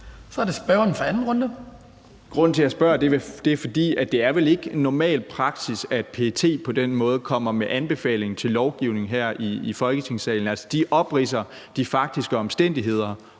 Mikkel Bjørn (DF): Grunden til, at jeg spørger, er, at det vel ikke er normal praksis, at PET på den måde kommer med en anbefaling til lovgivning her i Folketingssalen. Altså, de opridser de faktiske omstændigheder,